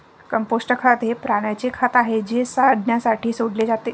compost खत हे प्राण्यांचे खत आहे जे सडण्यासाठी सोडले जाते